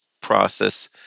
process